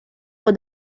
for